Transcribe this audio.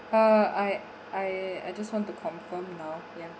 uh I I I just want to confirm now ya